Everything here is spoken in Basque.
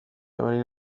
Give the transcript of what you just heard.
orain